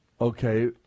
Okay